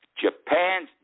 Japan's